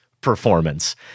performance